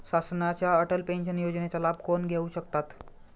शासनाच्या अटल पेन्शन योजनेचा लाभ कोण घेऊ शकतात?